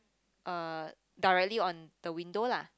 uh directly on the window lah